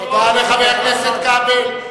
הכנסת כבל.